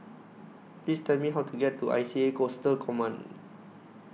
Please Tell Me How to get to I C A Coastal Command